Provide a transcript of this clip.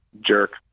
jerk